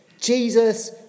Jesus